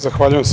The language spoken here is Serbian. Zahvaljujem se.